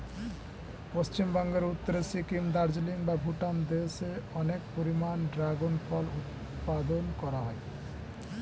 পশ্চিমবঙ্গের উত্তরে সিকিম, দার্জিলিং বা ভুটান দেশে অনেক পরিমাণে ড্রাগন ফল উৎপাদন করা হয়